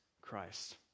Christ